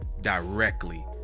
directly